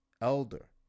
elder